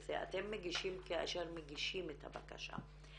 אתם מגישים כאשר מגישים את הבקשה,